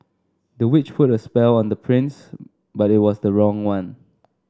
the witch put a spell on the prince but it was the wrong one